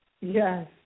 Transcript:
Yes